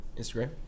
Instagram